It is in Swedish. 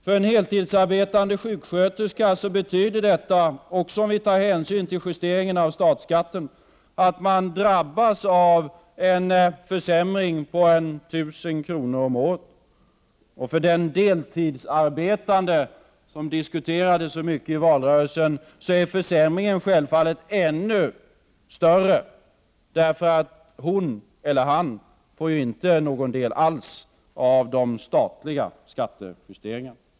För en heltidsarbetande sjuksköterska betyder det, även om man tar hänsyn till justeringen av statsskatten, att han eller hon drabbas av en försämring på ca 1 000 kr. om året. Och för den deltidsarbetande, som diskuterades så mycket under valrörelsen, är försämringen självfallet ännu större, eftersom han eller hon inte får någon del alls av de statliga skattejusteringarna.